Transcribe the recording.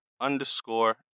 underscore